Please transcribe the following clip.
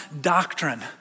doctrine